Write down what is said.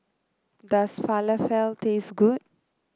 does Falafel taste good